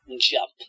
jump